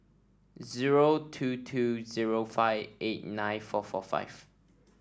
zero two two zero five eight nine four four five